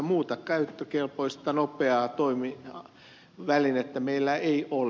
muuta käyttökelpoista nopeaa toimivälinettä meillä ei ole